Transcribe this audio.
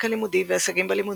רקע לימודי והישגים בלימודים,